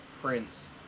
Prince